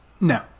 No